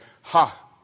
Ha